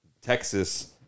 Texas